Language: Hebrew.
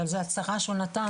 אבל זו ההצהרה שהוא נותן.